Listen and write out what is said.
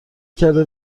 کرده